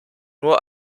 nur